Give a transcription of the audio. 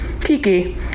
Kiki